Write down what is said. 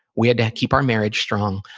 we had to keep our marriage strong,